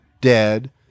dead